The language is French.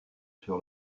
sur